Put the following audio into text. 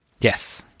Yes